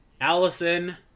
Allison